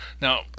Now